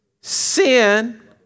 sin